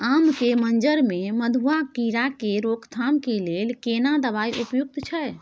आम के मंजर में मधुआ कीरा के रोकथाम के लेल केना दवाई उपयुक्त छै?